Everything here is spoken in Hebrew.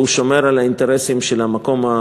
והוא שומר על האינטרסים של היהודים